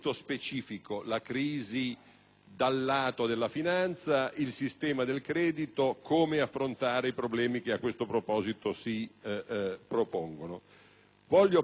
dal lato della finanza, il sistema del credito, come affrontare i problemi che a questo proposito si propongono. Voglio però prima precisare